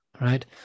right